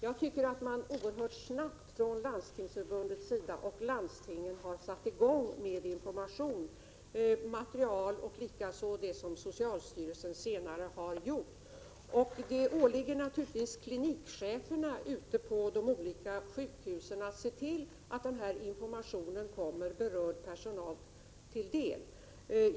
Jag tycker att man oerhört snabbt från Landstingsförbundets och landstingens sida satte i gång med information, likaså var socialstyrelsen snabb. Det åligger klinikcheferna ute på de olika sjukhusen att se till att informationen kommer berörd personal till del.